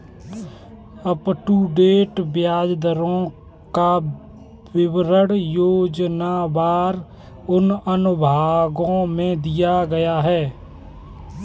up to date ब्याज दरों का विवरण योजनावार उन अनुभागों में दिया गया है